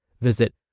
Visit